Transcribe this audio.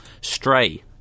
Stray